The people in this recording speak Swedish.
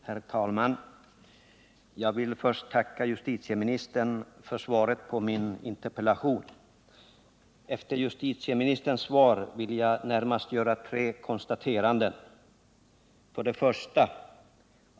Herr talman! Jag vill börja med att tacka justitieministern för svaret på min interpellation. Efter justitieministerns svar vill jag närmast göra tre konstateranden: 1.